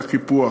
על הקיפוח.